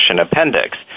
appendix